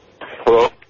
Hello